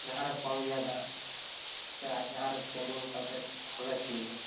ᱢᱟᱦᱟᱸ ᱨᱮ ᱠᱚᱢ ᱜᱮᱭᱟ ᱫᱟᱜ ᱥᱮ ᱟᱡ ᱢᱟᱦᱟᱸ ᱨᱮ ᱛᱤᱸᱜᱩ ᱠᱟᱛᱮᱜ ᱠᱷᱚᱞᱮᱡ ᱛᱤᱭᱚᱜᱟ